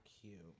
cute